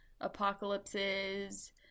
apocalypses